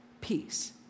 peace